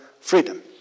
freedom